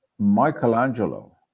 Michelangelo